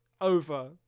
over